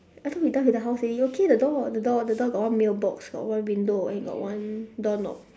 I thought we done with the house already okay the door the door the door got one mailbox got one window and got one doorknob